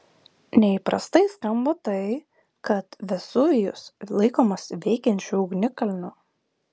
neįprastai skamba tai kad vezuvijus laikomas veikiančiu ugnikalniu